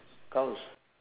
cows